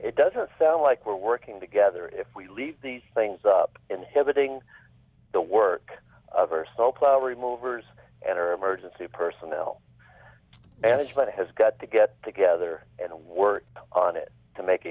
it doesn't sound like we're working together if we leave these things up inhibiting the work of are so clever removers and our emergency personnel management has got to get together and work on it to make